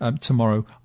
tomorrow